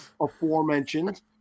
aforementioned –